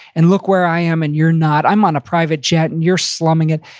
and look where i am and you're not. i'm on a private jet and you're slumming it.